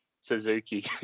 Suzuki